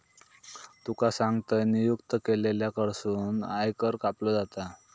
तुका सांगतंय, नियुक्त केलेल्या कडसून आयकर कापलो जाता